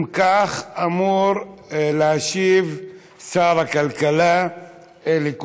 אם כך, אמור להשיב שר הכלכלה אלי כהן.